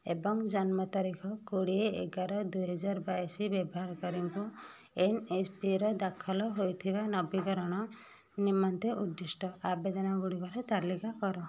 ଏବଂ ଜନ୍ମ ତାରିଖ କୋଡ଼ିଏ ଏଗାର ଦୁଇହଜାର ବାଇଶ ବ୍ୟବହାରକାରୀଙ୍କୁ ଏନ୍ଏସ୍ପିରେ ଦାଖଲ ହୋଇଥିବା ନବୀକରଣ ନିମନ୍ତେ ଉଦ୍ଦିଷ୍ଟ ଆବେଦନଗୁଡ଼ିକର ତାଲିକା କର